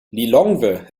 lilongwe